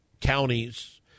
counties